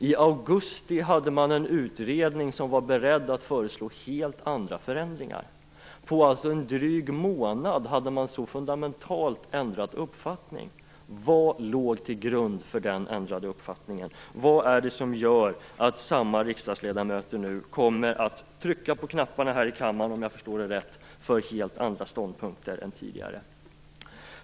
I augusti hade man en utredning som var beredd att föreslå helt andra förändringar. På en dryg månad hade man alltså fundamentalt ändrat uppfattning. Vad låg till grund för den ändrade uppfattningen? Vad är det som gör att samma riksdagsledamöter nu kommer att trycka på knapparna här i kammaren för helt andra ståndpunkter än tidigare?